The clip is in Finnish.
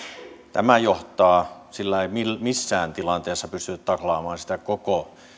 tämä johtaa sillä ei missään tilanteessa pystytä taklaamaan sitä koko